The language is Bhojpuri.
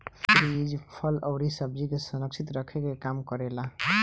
फ्रिज फल अउरी सब्जी के संरक्षित रखे के काम करेला